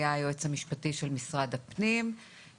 היה היועץ המשפטי של משרד הפנים,